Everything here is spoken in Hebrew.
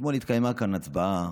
אתמול התקיימה כאן הצבעה